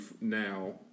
now